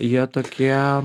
jie tokie